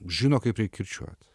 žino kaip reik kirčiuot